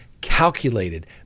calculated